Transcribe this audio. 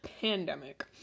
pandemic